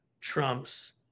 trumps